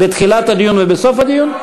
בתחילת הדיון ובסוף הדיון?